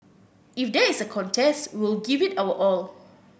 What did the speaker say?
if there is a contest we will give it our all